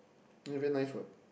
ya very nice what